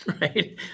right